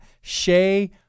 Shay